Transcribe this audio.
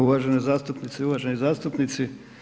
Uvažene zastupnice i uvaženi zastupnici.